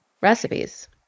recipes